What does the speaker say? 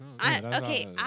Okay